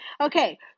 Okay